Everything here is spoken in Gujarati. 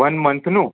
વન મંથનું